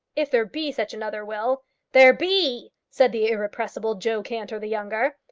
if there be such another will there be! said the irrepressible joe cantor the younger.